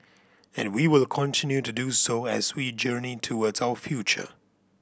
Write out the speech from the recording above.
and we will continue to do so as we journey towards our future